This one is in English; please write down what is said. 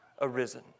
arisen